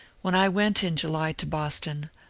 when i went in july to boston,